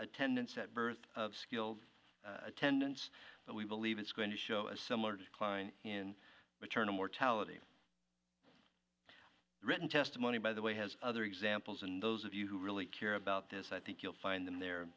attendance at birth of skilled attendance but we believe it's going to show a similar decline in maternal mortality written testimony by the way has other examples and those of you who really care about this i think you'll find them there